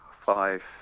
Five